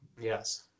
Yes